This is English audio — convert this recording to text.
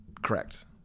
correct